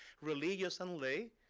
religious and lay,